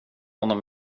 honom